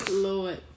lord